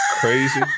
crazy